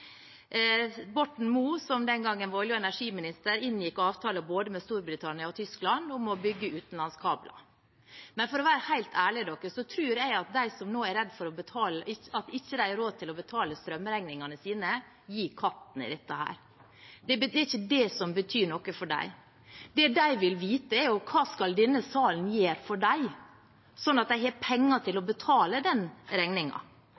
Borten Moe, som den gangen var olje- og energiminister, inngikk avtale med både Storbritannia og Tyskland om å bygge utenlandskabler. Men for å være helt ærlig tror jeg at de som nå er redde for at de ikke har råd til å betale strømregningene sine, gir katten i det. Det er ikke det som betyr noe for dem. Det de vil vite, er hva denne salen skal gjøre for dem, slik at de har penger til å